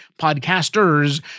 podcasters